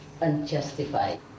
unjustified